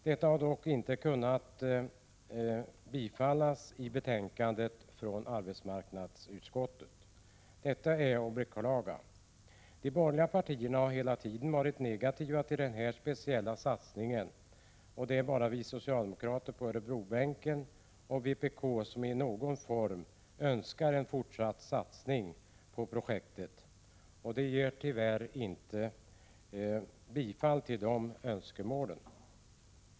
Detta har dock inte kunnat villfaras i betänkandet från arbetsmarknadsutskottet. Detta är att beklaga. De borgerliga partierna har hela tiden varit negativa till den här speciella satsningen. Det är bara vi socialdemokrater på Örebrobänken och vpk som i någon form önskar en fortsatt satsning på projektet. Det leder tyvärr inte till bifall till önskemålen.